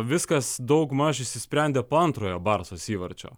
viskas daugmaž išsisprendė po antrojo barsos įvarčio